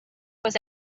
was